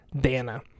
Dana